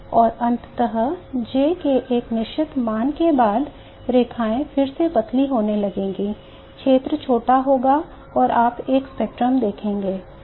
और अंततः J के एक निश्चित मान के बाद रेखाएँ फिर से पतली होने लगेंगी क्षेत्र छोटा होगा और आप एक स्पेक्ट्रम देखेंगे